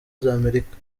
z’amerika